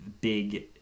big